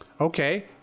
Okay